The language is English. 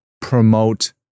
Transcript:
promote